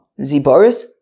Ziboris